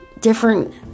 different